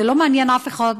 זה לא מעניין אף אחד,